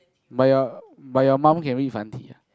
but your but your mum can read 繁体 ah